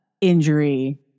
injury